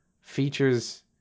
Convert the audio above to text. features